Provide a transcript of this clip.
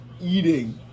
eating